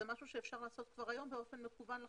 זה משהו שאפשר לעשות כבר היום באופן מקוון לחלוטין.